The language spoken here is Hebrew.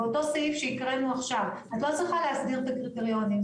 באותו סעיף שהקראנו עכישו את לא צריכה להסדיר את הקריטריונים,